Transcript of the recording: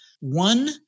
one